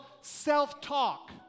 self-talk